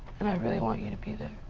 and i really want you to be there.